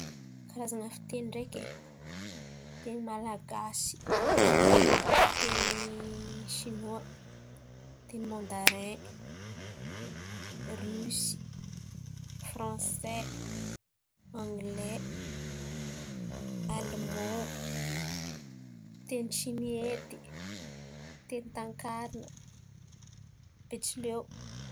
Karazana fireny ndreky: Teny malagasy, teny sinoa, teny mandare, risy, fransay, anglay, aliman, teny tsimihety, teny tankarana, betsileo.